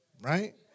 right